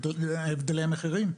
הבדלי המחירים?